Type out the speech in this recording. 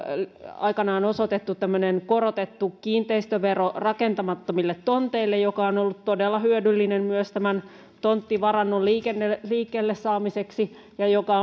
aikanaan osoitettu tämmöinen korotettu kiinteistövero rakentamattomille tonteille joka on ollut todella hyödyllinen myös tämän tonttivarannon liikkeelle liikkeelle saamiseksi ja joka